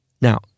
Now